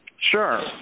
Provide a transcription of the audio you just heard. Sure